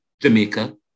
Jamaica